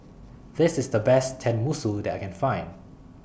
This IS The Best Tenmusu that I Can Find